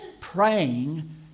praying